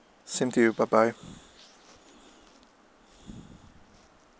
same to you bye bye